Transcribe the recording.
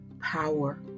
power